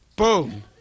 Boom